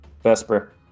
Vesper